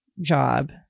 job